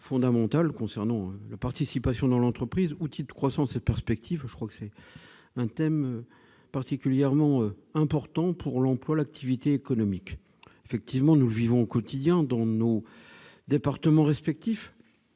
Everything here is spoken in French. fondamental concernant la « participation dans l'entreprise, outil de croissance et perspectives ». C'est un thème particulièrement important pour l'emploi et l'activité économique. Nous le vivons au quotidien dans nos départements respectifs,